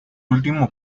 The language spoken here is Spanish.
último